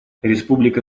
республика